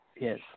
Yes